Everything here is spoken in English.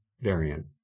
variant